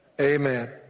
Amen